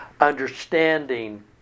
understanding